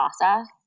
process